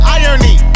irony